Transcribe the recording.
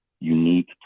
unique